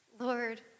Lord